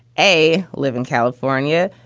a, live in california,